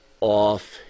off